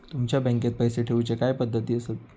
तुमच्या बँकेत पैसे ठेऊचे काय पद्धती आसत?